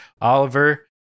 oliver